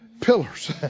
pillars